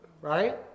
right